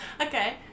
Okay